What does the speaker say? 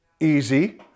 easy